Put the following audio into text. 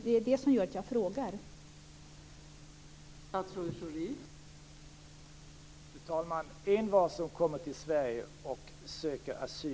Det är detta som är anledningen till min fråga här.